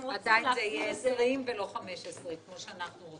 הם רוצים שזה יהיה 20 ולא 15 כמו שרצינו.